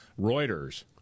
Reuters